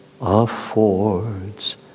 affords